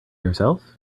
herself